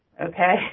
okay